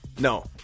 No